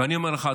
ואני אומר לך,